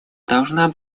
должна